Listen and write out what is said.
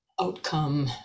outcome